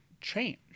change